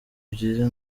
byiza